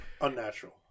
unnatural